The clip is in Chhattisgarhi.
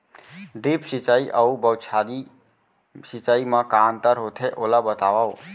ड्रिप सिंचाई अऊ बौछारी सिंचाई मा का अंतर होथे, ओला बतावव?